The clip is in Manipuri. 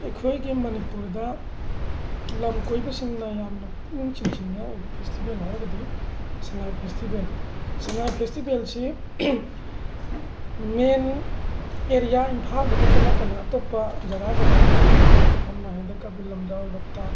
ꯑꯩꯈꯣꯏꯒꯤ ꯃꯅꯤꯄꯨꯔꯗ ꯂꯝ ꯀꯣꯏꯕꯁꯤꯡꯅ ꯌꯥꯝꯅ ꯄꯨꯛꯅꯤꯡ ꯆꯤꯡꯁꯤꯟꯅꯤꯡꯉꯥꯏ ꯑꯣꯏꯕ ꯐꯦꯁꯇꯤꯕꯦꯜ ꯍꯥꯏꯔꯒꯗꯤ ꯁꯉꯥꯏ ꯐꯦꯁꯇꯤꯕꯦꯜ ꯁꯉꯥꯏ ꯐꯦꯁꯇꯤꯕꯦꯜꯁꯤ ꯃꯦꯟ ꯑꯦꯔꯤꯌꯥ ꯏꯝꯐꯥꯜꯗ ꯈꯛꯇ ꯅꯠꯇꯅ ꯑꯇꯣꯞꯄ ꯖꯒ ꯖꯒꯗ ꯇꯧꯋꯤ ꯁꯝꯅ ꯍꯥꯏꯕꯗ ꯀꯩꯕꯨꯜ ꯂꯝꯖꯥꯎ ꯂꯣꯛꯇꯥꯛ